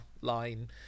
line